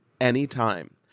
anytime